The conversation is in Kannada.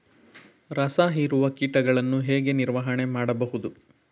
ರಸ ಹೀರುವ ಕೀಟಗಳನ್ನು ಹೇಗೆ ನಿರ್ವಹಣೆ ಮಾಡಬಹುದು?